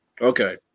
Okay